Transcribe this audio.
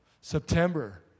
September